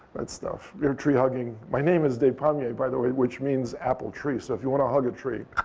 that stuff. tree-hugging. my name is despommier, by the way, which means apple tree. so if you want to hug a tree,